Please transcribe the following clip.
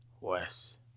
Wes